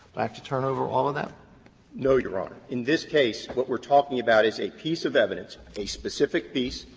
i have to turn over all of that? cooney no, your honor. in this case what we are talking about is a piece of evidence, a specific piece,